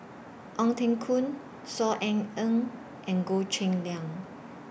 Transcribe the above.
Ong Teng Koon Saw Ean Ang and Goh Cheng Liang